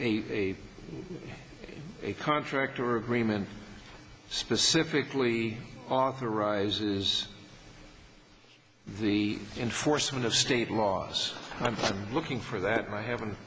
have a contract or agreement specifically authorizes the enforcement of state laws i'm looking for that i haven't